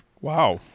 Wow